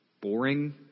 boring